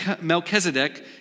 Melchizedek